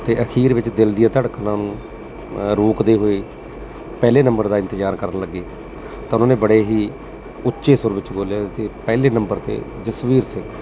ਅਤੇ ਅਖੀਰ ਵਿੱਚ ਦਿਲ ਦੀਆਂ ਧੜਕਣਾਂ ਨੂੰ ਰੋਕਦੇ ਹੋਏ ਪਹਿਲੇ ਨੰਬਰ ਦਾ ਇੰਤਜ਼ਾਰ ਕਰਨ ਲੱਗੇ ਤਾਂ ਉਹਨਾਂ ਨੇ ਬੜੇ ਹੀ ਉੱਚੇ ਸੁਰ ਵਿੱਚ ਬੋਲਿਆ ਅਤੇ ਪਹਿਲੇ ਨੰਬਰ 'ਤੇ ਜਸਵੀਰ ਸਿੰਘ